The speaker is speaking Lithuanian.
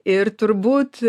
ir turbūt